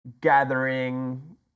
gathering